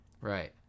right